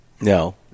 No